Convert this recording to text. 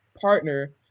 partner